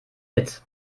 mit